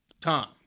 Tom